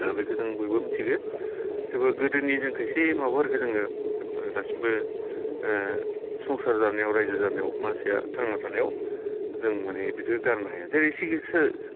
बेखौ जों बयबो मिनथिगौ थेवबो गोदोनि जों खायसे माबाफोरखौ जोङो दासिमबो संसार जानायाव रायजो जानायाव मानसिया थांना थानायाव जों माने बेखौ गारनो हाया जेरै सिकित्सा